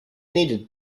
needed